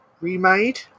remade